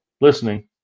listening